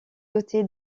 doté